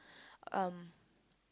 um